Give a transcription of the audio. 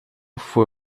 fue